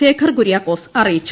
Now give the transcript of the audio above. ശേഖർ കുര്യാക്കോസ് അറിയിച്ചു